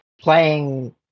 playing